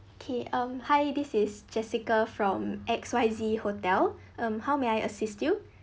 okay um hi this is jessica from X_Y_Z hotel um how may I assist you